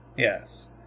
Yes